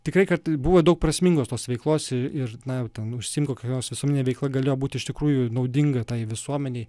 tikrai kad buvo daug prasmingos tos veiklos ir na jau ten užsiimt kokia nors visuomene veikla galėjo būti iš tikrųjų naudinga tai visuomenei